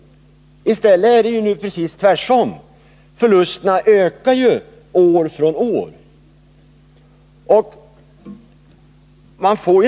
Nu är det i stället precis tvärtom: förlusterna ökar år från år.